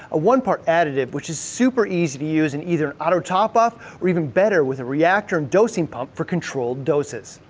a one-part additive, which is super easy to use in either auto top off, or even better, with a reactor and dosing pump for controlled doses.